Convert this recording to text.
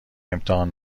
امتحان